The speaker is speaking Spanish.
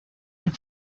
del